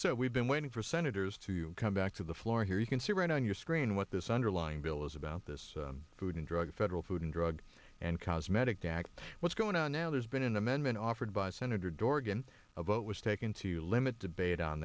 so we've been waiting for senators to come back to the floor here you can see right on your screen what this underlying bill is about this food and drug federal food and drug and cosmetic dact what's going on now there's been an amendment offered by senator dorgan a vote was taken to limit debate on